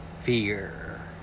Fear